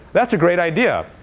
that's a great idea.